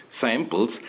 samples